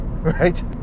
right